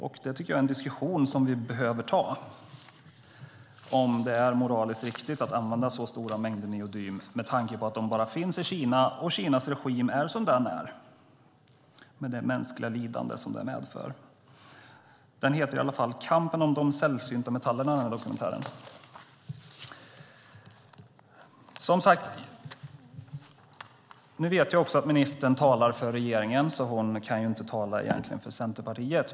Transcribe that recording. Vi behöver ta diskussionen om det är moraliskt riktigt att använda så stora mängder neodym med tanke på att det bara finns i Kina och att Kinas regim är som den är med det mänskliga lidande som det medför. Dokumentären heter som sagt Kampen om de sällsynta metallerna . Jag vet att ministern talar för regeringen, så hon kan egentligen inte tala för Centerpartiet.